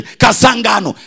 kasangano